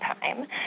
time